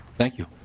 thank you.